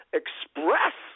express